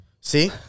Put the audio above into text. See